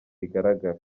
igaragara